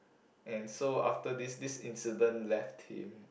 and so after this this incident left him